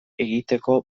egiteko